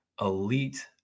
elite